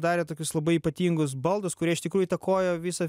darė tokius labai ypatingus baldus kurie iš tikrųjų įtakojo visą